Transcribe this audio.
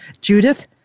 Judith